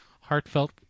heartfelt